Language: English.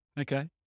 Okay